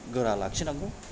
गोरा लाखिनांगोन